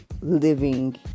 living